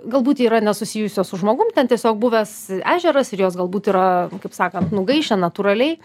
galbūt yra nesusijusios su žmogum ten tiesiog buvęs ežeras ir jos galbūt yra kaip sakant nugaišę natūraliai